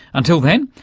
until then,